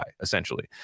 essentially